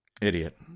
Idiot